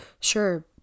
Sure